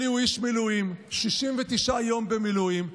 אלי הוא איש מילואים, 69 יום במילואים.